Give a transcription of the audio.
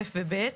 א' ו-ב'.